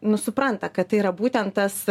nu supranta kad tai yra būtent tas